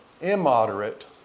immoderate